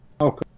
Okay